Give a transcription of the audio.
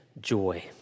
Joy